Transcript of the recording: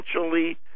essentially